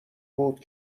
بود